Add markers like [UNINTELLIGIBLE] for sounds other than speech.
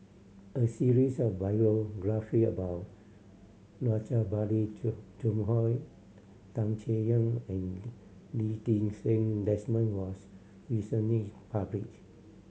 a series of biography about Rajabali [UNINTELLIGIBLE] Tan Chay Yan and Lee Ti Seng Desmond was recently publish